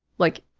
like,